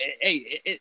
hey